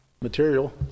material